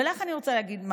ולך אני רוצה להגיד,